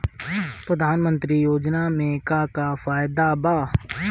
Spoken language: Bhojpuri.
प्रधानमंत्री योजना मे का का फायदा बा?